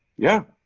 yeah.